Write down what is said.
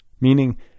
meaning